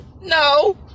No